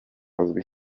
uzwi